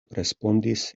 respondis